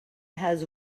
has